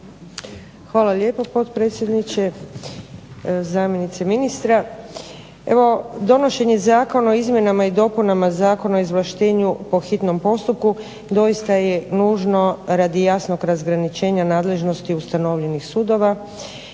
Hvala lijepa potpredsjedniče. Zamjenice ministra. Evo donošenje zakona o izmjenama i dopunama Zakona o ovlaštenju po hitnom postupku doista je nužno radi jasnog razgraničenja nadležnosti ustanovljenih sudova,